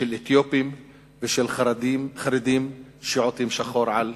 של אתיופים ושל חרדים שעוטים שחור על גופם.